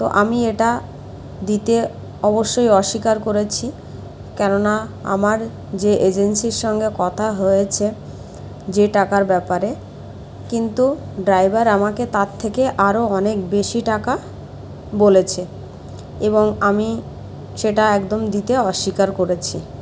তো আমি এটা দিতে অবশ্যই অস্বীকার করেছি কেন না আমার যে এজেন্সির সঙ্গে কথা হয়েছে যে টাকার ব্যাপারে কিন্তু ড্রাইভার আমাকে তার থেকে আরো অনেক বেশি টাকা বলেছে এবং আমি সেটা একদম দিতে অস্বীকার করেছি